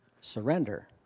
Surrender